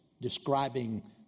describing